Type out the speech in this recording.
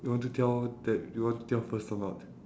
you want to tell that you want to tell first or not